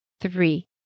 Three